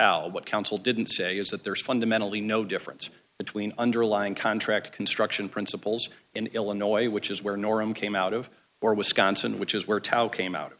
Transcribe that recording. what counsel didn't say is that there is fundamentally no difference between underlying contract construction principles in illinois which is where norm came out of or wisconsin which is where tao came out